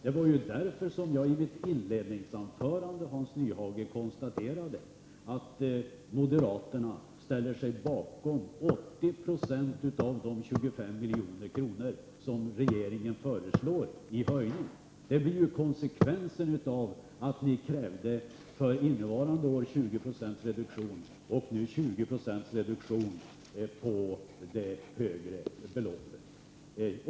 Det var därför som jag, Hans Nyhage, i mitt inledningsanförande konstaterade att moderaterna ställer sig bakom 80 96 av de 25 milj.kr. som regeringen föreslår i höjning. Det blir ju konsekvensen av att moderaterna för innevarande år krävde 20 90 reduktion och nu 20 96 reduktion på det högre beloppet.